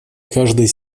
каждой